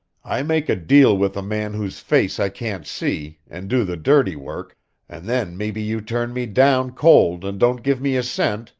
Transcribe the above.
i make a deal with a man whose face i can't see, and do the dirty work and then maybe you turn me down cold and don't give me a cent,